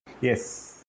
Yes